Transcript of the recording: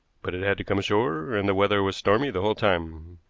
but it had to come ashore, and the weather was stormy the whole time.